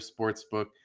sportsbook